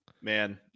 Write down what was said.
man